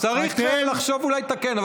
צריך לחשוב אולי לתקן.